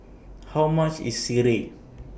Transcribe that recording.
How much IS Sireh